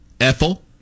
Ethel